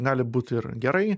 gali būt ir gerai